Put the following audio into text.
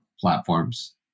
platforms